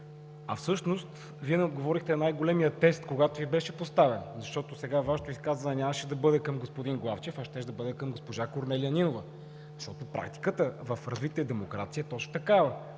а всъщност не отговорихте на най-големия тест, когато Ви беше поставен. Сега Вашето изказване нямаше да бъде към господин Главчев, а щеше да бъде към госпожа Корнелия Нинова, защото практиката в развитите демокрации е точно такава